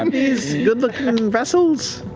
um these good-looking and and vessels?